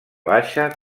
baixa